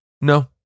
No